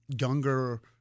younger